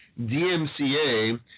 DMCA